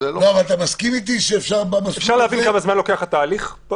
להבין כמה זמן לוקח התהליך?